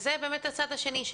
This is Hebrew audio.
זה באמת הצד שני,